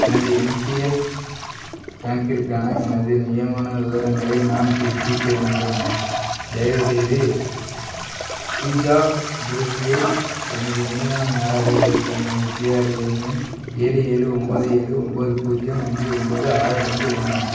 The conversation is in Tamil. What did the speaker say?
எனது என்பிஎஸ் கணக்கிற்கான எனது நியமன விவரங்களை நான் புதுப்பிக்க வேண்டும் தயவுசெய்து பூஜா ஜோஷியை எனது நியமனமாராகச் சேர்க்கவும் எனது பிஆர்ஏஎன் எண் ஏழு ஏழு ஒம்பது ஏழு ஒம்பது பூஜ்ஜியம் அஞ்சு ஒம்பது ஆறு ரெண்டு ஒன்று அஞ்சு